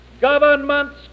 Governments